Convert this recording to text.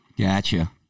Gotcha